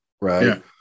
right